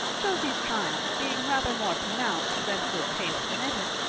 josie's triumph being rather more pronounced than good taste permitted,